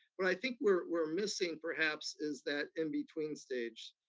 what i think we're missing, perhaps, is that in-between stage,